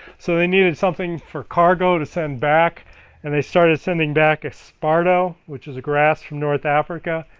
so they needed something for cargo to send back and they started sending back esparto which is a grass from north africa,